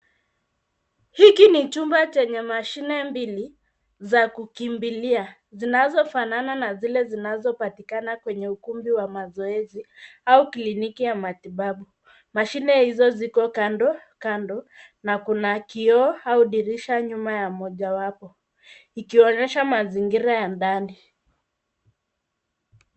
Hiki ni chumba chenye mashine mbili za kukimbilia zinazofanana na zile zinazopatikana kwenye ukumbi wa mazoezi au kliniki ya matibabu. Mashine hizo ziko kando kando na kuna kioo au dirisha nyuma ya mojawapo ikionyesha mazingira ya ndani.